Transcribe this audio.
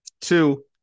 Two